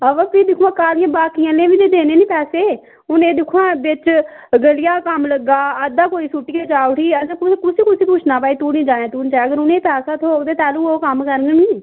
अबा भी दिक्खोआं कल्ल बाकी आह्लें गी बी ते देने निं पैसे हून एह् दिक्खो हां बिच गलियै दा कम्म लग्गा अद्धा कोई सुट्टियै जा उठी असें कुसी कुसी पुच्छना भई तू निं जाएआं तू निं जाएआं अगर उ'नें ई पैसा थ्होग तां तैह्लूं ओह् कम्म करङन निं